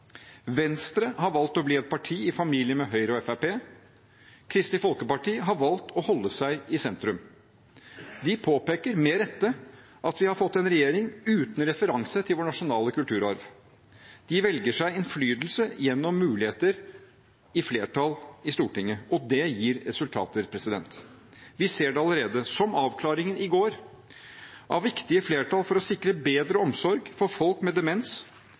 Venstre har valgt å bli et parti i familie med Høyre og Fremskrittspartiet. Kristelig Folkeparti har valgt å holde seg i sentrum. De påpeker, med rette, at vi har fått en regjering uten referanse til vår nasjonale kulturarv. De velger seg innflytelse gjennom muligheter for flertall i Stortinget. Det gir resultater. Vi ser det allerede – som avklaringen i går av viktige flertall for å sikre bedre omsorg for folk med demens